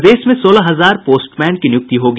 प्रदेश में सोलह हजार पोस्टमैन की नियुक्ति होगी